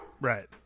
right